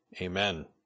Amen